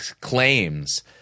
claims